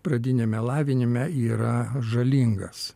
pradiniame lavinime yra žalingas